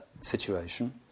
situation